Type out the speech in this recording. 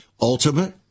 ultimate